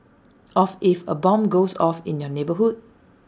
of if A bomb goes off in your neighbourhood